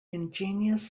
ingenious